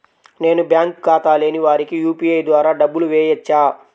నేను బ్యాంక్ ఖాతా లేని వారికి యూ.పీ.ఐ ద్వారా డబ్బులు వేయచ్చా?